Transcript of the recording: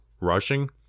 rushing